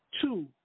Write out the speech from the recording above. Two